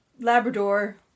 Labrador